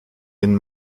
den